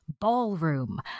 Ballroom